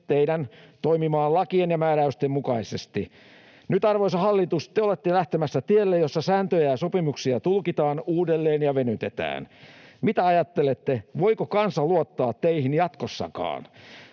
teidät toimimaan lakien ja määräysten mukaisesti. Nyt, arvoisa hallitus, te olette lähtemässä tielle, jossa sääntöjä ja sopimuksia tulkitaan uudelleen ja venytetään. Mitä ajattelette, voiko kansa luottaa teihin jatkossakaan?